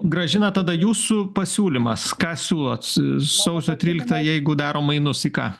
grąžina tada jūsų pasiūlymas ką siūlot sausio tryliktą jeigu darom mainus į ką